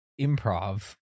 improv